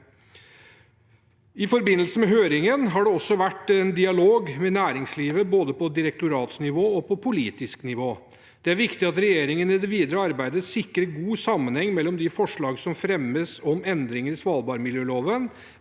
I forbindelse med høringen har det også vært en dialog med næringslivet på både direktoratsnivå og politisk nivå. Det er viktig at regjeringen i det videre arbeidet sikrer god sammenheng mellom de forslagene som fremmes om endringer i svalbardmiljøloven